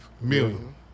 million